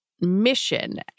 mission